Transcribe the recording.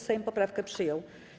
Sejm poprawkę przyjął.